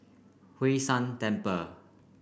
Hwee San Temple